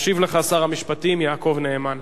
ישיב לך שר המשפטים יעקב נאמן.